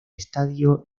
estadio